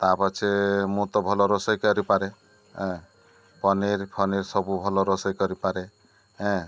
ତା ପଛେ ମୁଁ ତ ଭଲ ରୋଷେଇ କରିପାରେ ଏଁ ପନିର ଫନିର ସବୁ ଭଲ ରୋଷେଇ କରିପାରେ ଏଁ